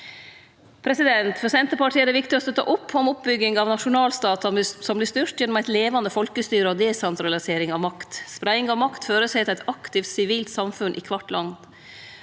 på dette. For Senterpartiet er det viktig å støtte opp om oppbygging av nasjonalstatar som vert styrte gjennom eit levande folkestyre og desentralisering av makt. Spreiing av makt føreset eit aktivt sivilt samfunn i kvart land.